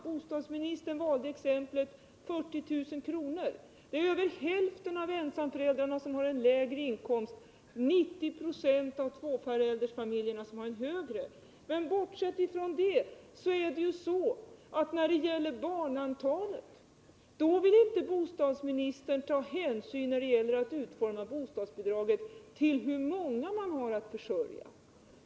Bostadsministern valde exemplet 40 000 kr. Över hälften av ensamföräldrarna har en lägre inkomst och 90 20 av tvåföräldersfamiljerna en högre inkomst. Men bortsett från det vill bostadsministern när det gäller utformningen av bostadsbidraget inte ta hänsyn till hur många barn man har att försörja.